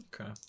Okay